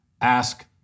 ask